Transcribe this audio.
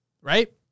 right